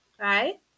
Right